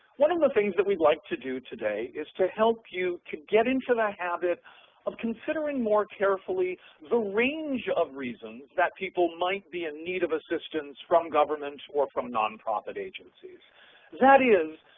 one of the things that we'd like to do today is to help you to get into the habit of considering more carefully the range of reasons that people might be in need of assistance from government or form non-profit agencies that is,